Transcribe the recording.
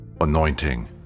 Anointing